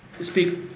speak